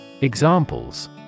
Examples